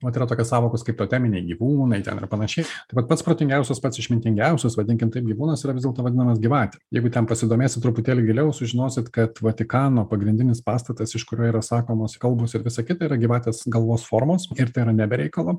vat yra tokios sąvokos kaip toteminiai gyvūnai ten ir panašiai tai vat pats protingiausias pats išmintingiausias vadinkim taip gyvūnas yra vis dėlto vadinamas gyvatė jeigu ten pasidomėsit truputėlį giliau sužinosit kad vatikano pagrindinis pastatas iš kurio yra sakomos kalbos ir visa kita yra gyvatės galvos formos ir tai yra ne be reikalo